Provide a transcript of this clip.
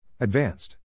Advanced